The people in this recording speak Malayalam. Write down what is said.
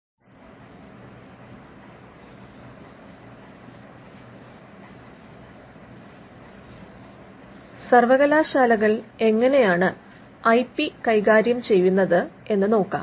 managing I P at universities സർവകലാശാലകൾ എങ്ങനെയാണ് ഐ പി കൈകാര്യം ചെയ്യുന്നത് എന്ന് നോക്കാം